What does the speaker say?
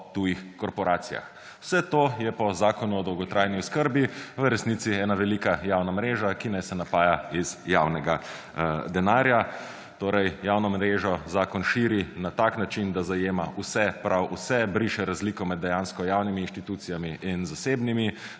tujih korporacijah. Vse to je pa v zakonu o dolgotrajni oskrbi v resnici ena velika javna mreža, ki naj se napaja iz javnega denarja, torej javno mrežo zakon širit na tak način, da zajema vse, prav vse, briše razliko med dejansko javnimi inštitucijami in zasebnimi.